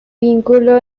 vínculo